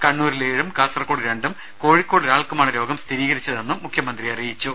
കണ്ണൂരിൽ ഏഴും കാസർകോട് രണ്ടും കോഴിക്കോട് ഒരാൾക്കുമാണ് രോഗം സ്ഥിരീകരിച്ചതെന്ന് മുഖ്യമന്ത്രി അറിയിച്ചു